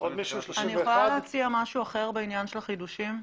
אני יכולה להציע משהו אחר בעניין של החידושים?